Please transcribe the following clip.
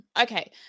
Okay